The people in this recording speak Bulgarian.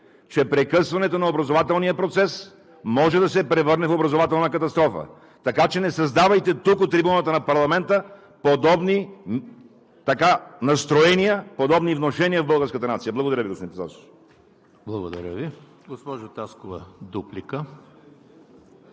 че прекъсването на образователния процес може да се превърне в образователна катастрофа. Така че не създавайте от трибуната на парламента подобни настроения, подобни внушения в българската нация. Благодаря Ви, господин